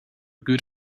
good